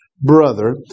brother